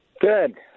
Good